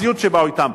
הציוד שהביאו אתם,